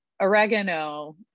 oregano